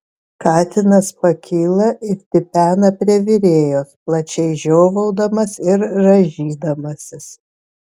katinas pakyla ir tipena prie virėjos plačiai žiovaudamas ir rąžydamasis